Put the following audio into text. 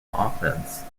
offence